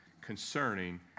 concerning